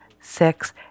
six